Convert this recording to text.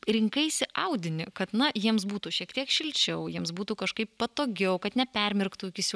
rinkaisi audinį kad na jiems būtų šiek tiek šilčiau jiems būtų kažkaip patogiau kad nepermirktų iki siūlių